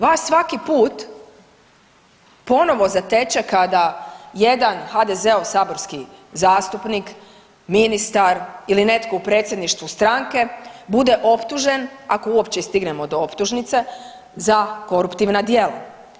Vas svaki put ponovo zateče kada jedan HDZ-ov saborski zastupnik, ministar ili netko u predsjedništvu stranke bude optužen ako uopće i stignemo do optužnice za koruptivna djela.